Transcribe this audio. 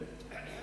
(תיקון מס'